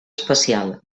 especial